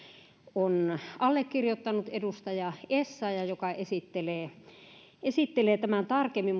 on allekirjoittanut edustaja essayah joka esittelee tämän tarkemmin